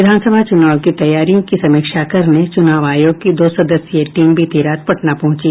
विधानसभा चुनाव की तैयारियों की समीक्षा करने चुनाव आयोग की दो सदस्यीय टीम बीती रात पटना पहुंची